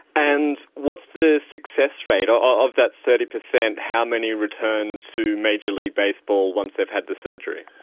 and what's the success rate? of that thirty percent, how many return to major league baseball once they've had the surgery?